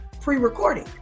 pre-recording